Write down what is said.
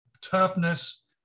toughness